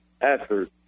effort